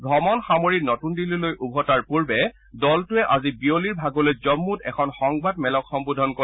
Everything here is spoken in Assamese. ভ্ৰমণ সামৰি নতৃন দিল্লীলৈ ওভতাৰ পূৰ্বে দলটোৱে আজি বিয়লিৰ ভাগলৈ জম্মুত এখন সংবাদ মেলক সম্বোধন কৰিব